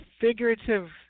figurative